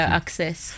access